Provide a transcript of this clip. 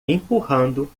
empurrando